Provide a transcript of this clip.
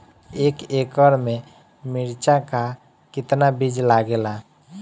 एक एकड़ में मिर्चा का कितना बीज लागेला?